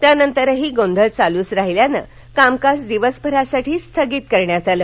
त्यानंतरही गोंधळ चालूच राहिल्यानं कामकाज दिवसभरासाठी स्थगित करण्यात आलं